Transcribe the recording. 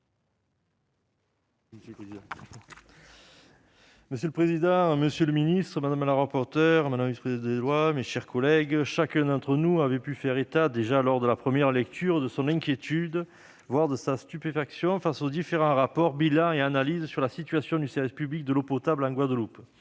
Monsieur le président, monsieur le ministre, madame la vice-présidente de la commission des lois, madame la rapporteure, mes chers collègues, chacun d'entre nous avait pu faire état, déjà lors de la première lecture, de son inquiétude, voire de sa stupéfaction, face aux différents rapports, bilans et analyses sur la situation du service public de l'eau potable en Guadeloupe.